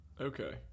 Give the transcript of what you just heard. Okay